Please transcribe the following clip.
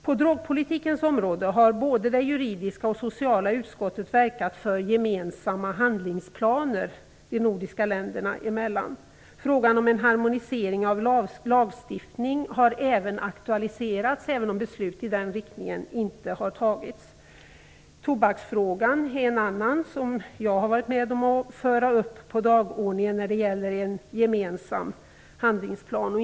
På drogpolitikens område har både det juridiska och det sociala utskottet verkat för gemensamma handlingsplaner de nordiska länderna emellan. Frågan om en harmonisering av lagstiftning har även aktualiserats även om beslut i den riktningen inte har fattats. Tobaksfrågan är en annan fråga som jag har varit med om att föra upp på dagordningen när det gäller en gemensam handlingsplan.